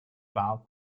valves